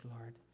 Lord